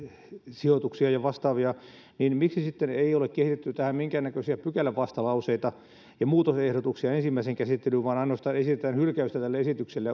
sijoituksia ja vastaavia miksi sitten ei ole kehitetty tähän minkäännäköisiä pykälävastalauseita ja muutosehdotuksia ensimmäiseen käsittelyyn vaan ainoastaan esitetään hylkäystä tälle esitykselle